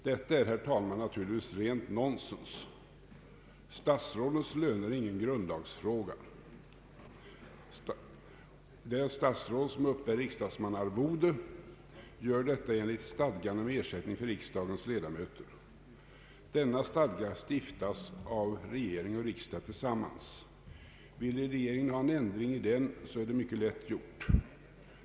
Det är, herr talman, naturligtvis rent nonsens. Statsrådens löner är ingen grundlagsfråga. De statsråd som uppbär riksdagsmannaarvode gör detta enligt stadgan om ersättning för riksdagens ledamöter. Denna stadga stiftas av regering och riksdag tillsammans. Om regeringen vill ändra någonting i den, är det mycket lätt gjort.